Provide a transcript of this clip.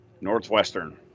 northwestern